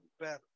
better